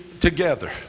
together